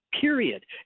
period